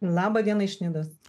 laba diena iš nidos